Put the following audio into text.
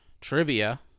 Trivia –